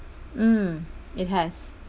mm it has